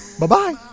Bye-bye